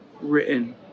written